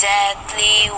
Deadly